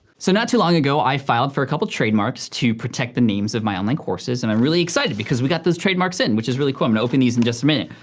so not too long ago i filed for a couple of trademarks to protect the names of my online courses and i'm really excited because we got those trademarks in. which is really cool. i'm gonna open these in just a minute.